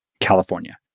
California